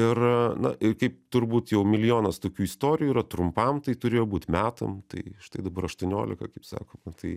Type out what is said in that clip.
ir na ir kaip turbūt jau milijonas tokių istorijų yra trumpam tai turėjo būt metam tai štai dabar aštuoniolika kaip sako na tai